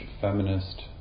feminist